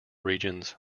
regions